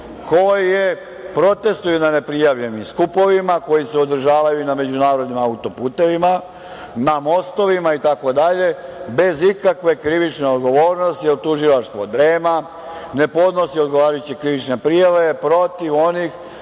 koje protestvuju na neprijavljenim skupovima, koji se održavaju na međunarodnim auto-putevima, na mostovima itd, bez ikakve krivične odgovornosti jer tužilaštvo drema, ne podnose odgovarajuće krivične prijave protiv onih